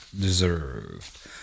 deserved